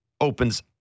opens